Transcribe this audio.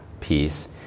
piece